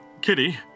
Kitty